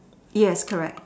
yes correct